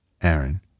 Aaron